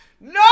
No